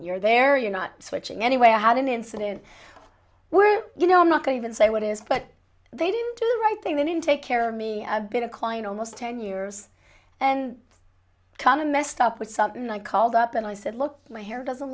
you're there you're not switching anyway i had an incident where you know i'm not going to say what is but they didn't do the right thing then in take care of me a bit of client almost ten years and kind of messed up with something and i called up and i said look my hair doesn't